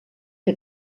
que